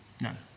None